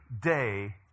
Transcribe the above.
day